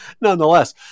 nonetheless